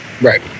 Right